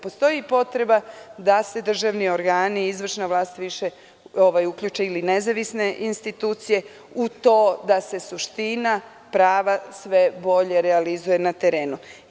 Postoji i potreba da se državni organi i izvršna vlast više uključe u nezavisne institucije, u to da se suština prava sve bolje realizuju na terenu.